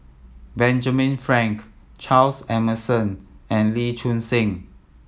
Benjamin Frank Charles Emmerson and Lee Choon Seng